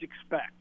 expect